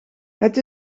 het